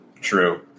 True